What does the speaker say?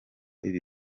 ibi